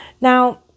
Now